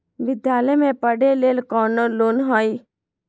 विद्यालय में पढ़े लेल कौनो लोन हई?